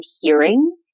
hearing